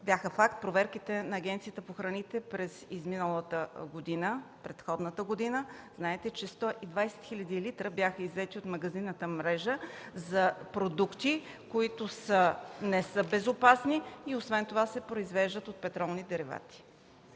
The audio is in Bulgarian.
бяха факт проверките на Агенцията за безопасност на храните през изминалата предходна година. Знаете, че 120 хиляди литра бяха иззети от магазинната мрежа за продукти, които не са безопасни и освен това се произвеждат от петролни деривати.